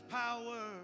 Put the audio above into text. power